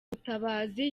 mutabazi